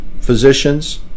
physicians